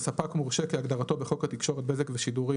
ספק מורשה כהגדרתו בחוק התקשורת (בזק ושידורים),